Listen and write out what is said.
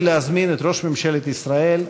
לזכרו.